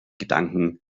gedanken